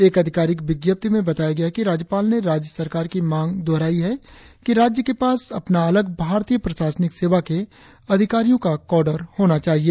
एक अधिकारिक विज्ञप्ति में बताया गया है कि राज्यपाल ने राज्य सरकार की मांग दोहराई कि राज्य के पास अपना अलग भारतीय प्रशासनिक सेवा के अधिकारियों का काँडर होना चाहिए